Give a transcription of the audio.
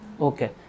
Okay